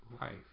life